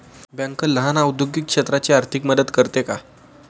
Bank लहान औद्योगिक क्षेत्राची आर्थिक मदत करते का?